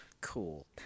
cool